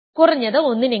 കുറഞ്ഞത് ഒന്നിനെങ്കിലും